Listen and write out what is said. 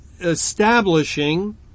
establishing